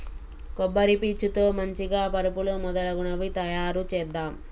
కొబ్బరి పీచు తో మంచిగ పరుపులు మొదలగునవి తాయారు చేద్దాం